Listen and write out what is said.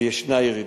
ויש ירידות.